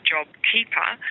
JobKeeper